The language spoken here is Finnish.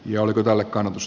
joulukylällä kannatus